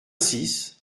six